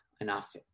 enough